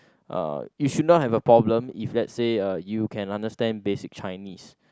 uh you should not have a problem if let's say uh you can understand basic Chinese